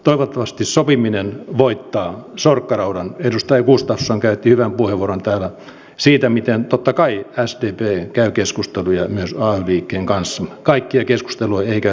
toivottavasti sopiminen voittaa sorkkaraudan tiistai gustafsson käytti hyvän puheenvuoron täällä siitä miten tottakai jos tyytyy käy keskusteluja myös maan liikkeen kanssa kaikkia keskustelua eikä